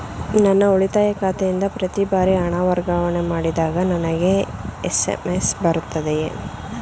ನನ್ನ ಉಳಿತಾಯ ಖಾತೆಯಿಂದ ಪ್ರತಿ ಬಾರಿ ಹಣ ವರ್ಗಾವಣೆ ಮಾಡಿದಾಗ ನನಗೆ ಎಸ್.ಎಂ.ಎಸ್ ಬರುತ್ತದೆಯೇ?